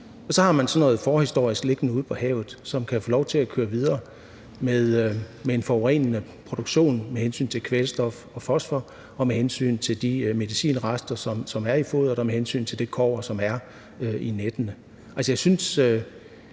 og så har man sådan noget forhistorisk liggende ude på havet, som kan få lov til at køre videre med en forurenende produktion med hensyn til kvælstof og fosfor og med hensyn til de medicinrester, som er i foderet, og med hensyn til det kobber, som er i nettene. Altså, jeg synes,